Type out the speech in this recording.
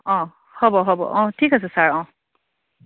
অঁ হ'ব হ'ব অঁ ঠিক আছে ছাৰ অঁ